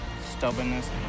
Stubbornness